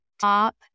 Top